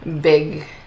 big